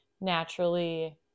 naturally